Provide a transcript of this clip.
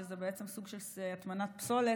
שזה בעצם סוג של הטמנת פסולת.